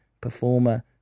performer